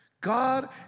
God